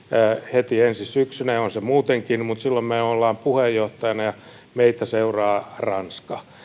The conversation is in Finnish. heti ensi syksynä ja on se muutenkin mutta silloin me olemme puheenjohtajana meitä seuraa ranska